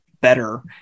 better